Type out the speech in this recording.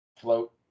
float